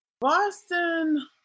Boston